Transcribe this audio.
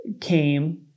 came